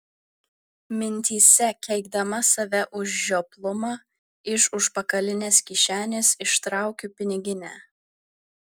mintyse keikdama save už žioplumą iš užpakalinės kišenės ištraukiu piniginę